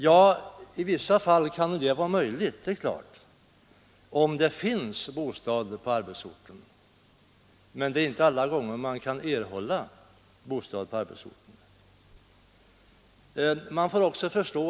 Ja, i vissa fall kan det vara möjligt — om det finns bostad på arbetsorten, men där finns inte alltid bostad att tillgå.